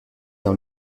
dans